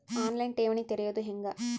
On line ಠೇವಣಿ ತೆರೆಯೋದು ಹೆಂಗ?